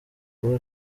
kuba